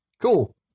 Cool